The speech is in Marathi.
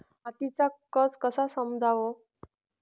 मातीचा कस कसा समजाव?